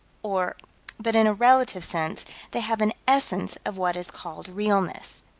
or but in a relative sense they have an essence of what is called realness.